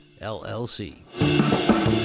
LLC